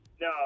No